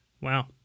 Wow